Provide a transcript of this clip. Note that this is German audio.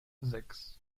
sechs